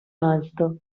alto